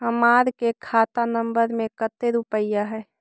हमार के खाता नंबर में कते रूपैया है?